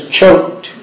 choked